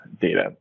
data